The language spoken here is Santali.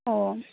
ᱚ